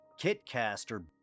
kitcaster